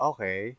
Okay